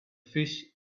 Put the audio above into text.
fish